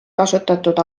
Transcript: kasutatud